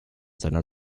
seiner